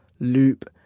loop,